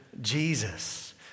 Jesus